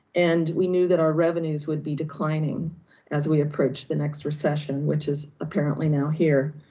and we knew that our revenues would be declining as we approach the next recession, which is apparently now here.